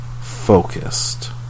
focused